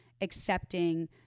accepting